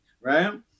right